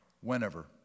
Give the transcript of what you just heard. Whenever